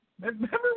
Remember